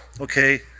okay